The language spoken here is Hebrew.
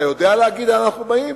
אתה יודע להגיד אנה אנו באים?